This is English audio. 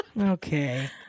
Okay